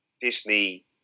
Disney